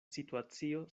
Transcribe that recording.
situacio